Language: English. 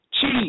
cheese